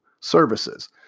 services